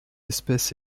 espèce